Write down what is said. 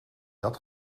dat